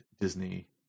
Disney